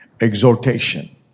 exhortation